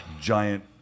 giant